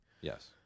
Yes